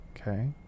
Okay